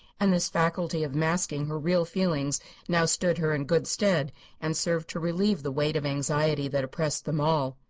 and this faculty of masking her real feelings now stood her in good stead and served to relieve the weight of anxiety that oppressed them all.